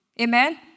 Amen